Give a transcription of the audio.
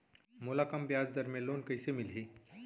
मोला कम ब्याजदर में लोन कइसे मिलही?